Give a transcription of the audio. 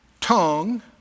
tongue